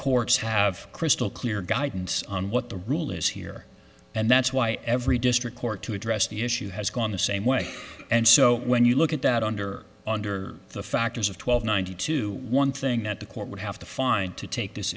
courts have crystal clear guidance on what the rule is here and that's why every district court to address the issue has gone the same way and so when you look at that under under the factors of twelve ninety two one thing that the court would have to find to take this